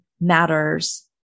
matters